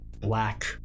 black